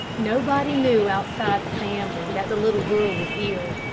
nobody knew outside the family that the little girl was ill.